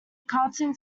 cartoon